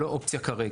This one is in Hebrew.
זה לא אופציה כרגע.